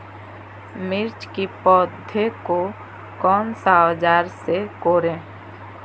मिर्च की पौधे को कौन सा औजार से कोरे?